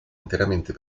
interamente